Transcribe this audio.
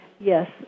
Yes